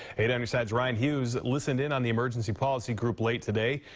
eight on your side's ryan hughes listened in on the emergency policy group late today,